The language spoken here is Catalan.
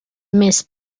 més